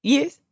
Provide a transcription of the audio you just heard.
Yes